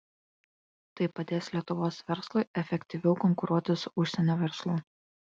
tai padės lietuvos verslui efektyviau konkuruoti su užsienio verslu